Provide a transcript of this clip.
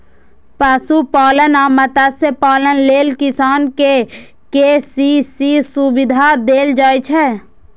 पशुपालन आ मत्स्यपालन लेल किसान कें के.सी.सी सुविधा देल जाइ छै